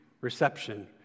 reception